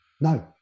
no